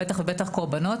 בטח ובטח קורבנות,